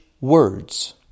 words